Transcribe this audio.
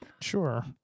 Sure